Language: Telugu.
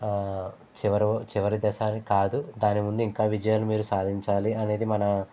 చివరి చివరి దశ అని కాదు దాని ముందు ఇంకా విజయాలు మీరు సాధించాలి అనేది మన